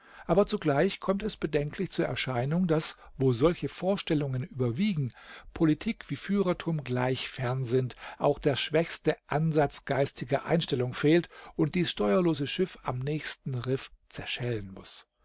aber zugleich kommt es bedenklich zur erscheinung daß wo solche vorstellungen überwiegen politik wie führertum gleich fern sind auch der schwächste ansatz geistiger einstellung fehlt und dies steuerlose schiff am nächsten riff zerschellen muß